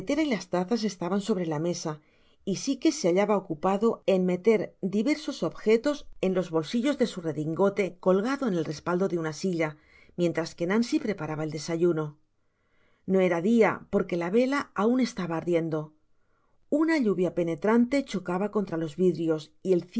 y las tazas estaban sobre la mesa y sikes se hallaba ocupado en meter diversos objetos en los bolsillos de su redingote colgado en el respaldo de una silla mientras que nancy preparaba el desayuno no era dia porque la vela aun estaba ardiendo una lluvia penetrante chocaba contra los vidrios y el